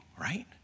right